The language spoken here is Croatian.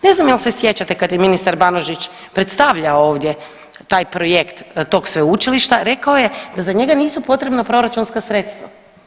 Ne znam jel se sjećate kad je ministar Banožić predstavljao ovdje taj projekt tog sveučilišta rekao je da za njega nisu potrebna proračunska sredstva.